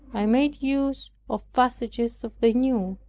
i made use of passages of the new,